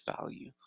value